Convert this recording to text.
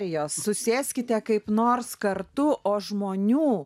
jos susėskite kaip nors kartu o žmonių